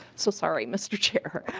so sorry mr. chair.